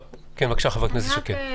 בבקשה, חברת הכנסת שקד.